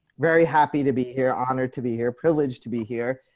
very happy to be here, honored to be here privileged to be here.